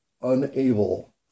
unable